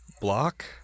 block